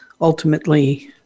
ultimately